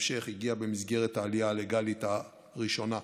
ובהמשך הגיעה במסגרת העלייה הלגאלית הראשונה.